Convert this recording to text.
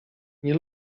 nie